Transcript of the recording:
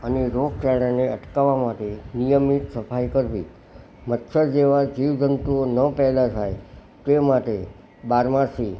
અને રોગચાળાને અટકાવવા માટે નિયમિત સફાઇ કરવી મચ્છર જેવા જીવજંતુઓ ન પેદા થાય તે માટે બારમાસી